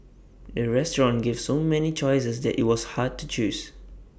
the restaurant gave so many choices that IT was hard to choose